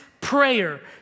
prayer